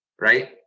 right